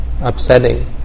upsetting